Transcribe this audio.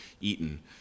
eaten